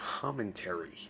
commentary